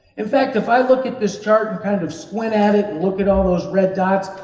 in fact, if i look at this chart and kind of squint at it, look at all those red dots,